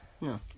No